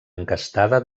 encastada